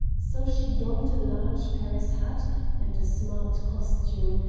so she donned a large paris hat and a smart costume,